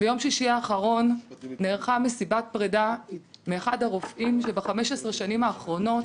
ביום שישי האחרון נערכה מסיבת פרידה מאחד הרופאים שב-15 שנים האחרונות